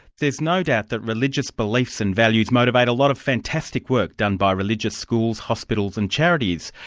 there's no doubts that religious beliefs and values motivate a lot of fantastic work done by religious schools, hospitals and charities.